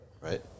right